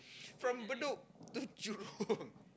from Bedok to Jurong